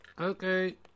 Okay